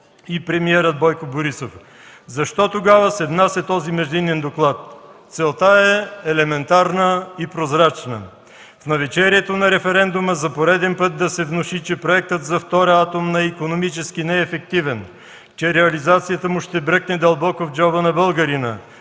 и премиерът Бойко Борисов. Защо тогава се внася този междинен доклад? Целта е елементарна и прозрачна: в навечерието на референдума за пореден път да се внуши, че проектът за Втора атомна икономически не е ефективен, че реализацията му ще бръкне дълбоко в джоба на българина